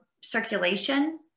circulation